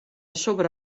sobre